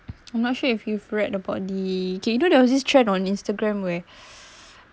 I'm not sure if you've read about the kay you know there was this trend on instagram where